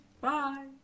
Bye